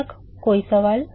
अब तक कोई सवाल